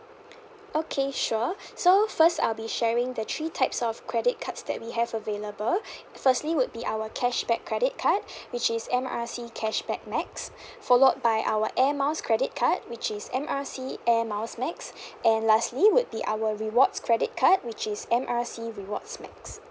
okay sure so first I'll be sharing the three types of credit cards that we have available firstly would be our cashback credit card which is M R C cashback max followed by our air miles credit card which is M R C air miles max and lastly would be our rewards credit card which is M R C rewards max